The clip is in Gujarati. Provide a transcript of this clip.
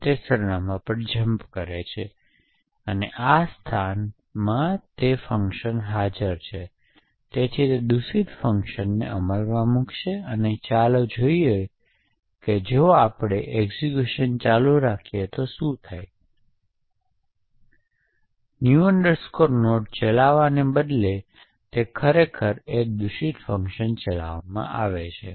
આ ખૂબ પરોક્ષ ચેનલ છે અને આ રેખાંકિત પ્લેટફોર્મ દ્વારા પ્રાપ્ત થયેલ તમામ સુરક્ષાને તોડવા માટે સક્ષમ છે